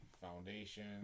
Foundation